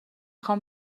خوام